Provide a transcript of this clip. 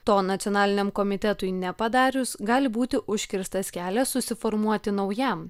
to nacionaliniam komitetui nepadarius gali būti užkirstas kelias susiformuoti naujam